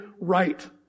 right